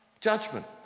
judgment